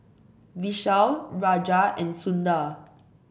Vishal Raja and Sundar